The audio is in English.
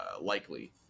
likely